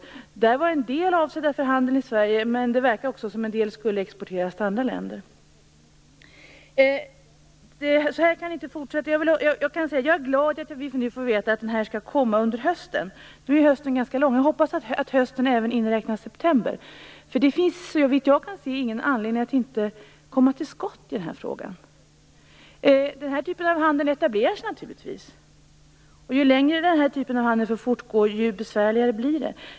En del av dessa var avsedda för handel i Sverige. Men det verkade som om en del skulle ha exporterats till andra länder. Det kan inte fortsätta på detta sätt. Jag är glad att nu få veta att det kommer en förordning under hösten. Nu är ju hösten ganska lång, och jag hoppas att även september räknas som höst. Såvitt jag kan se finns det inte någon anledning att inte komma till skott i denna fråga. Denna typ av handel etableras naturligtvis. Ju längre den här typen av handel fortgår, desto besvärligare blir det.